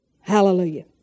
Hallelujah